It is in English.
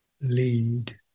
lead